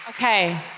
Okay